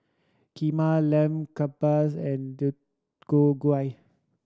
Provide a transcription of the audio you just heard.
Kheema Lamb Kebabs and Deodeok Gui